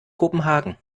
kopenhagen